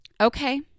okay